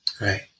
Right